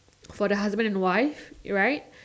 for the husband and wife right